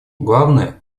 главное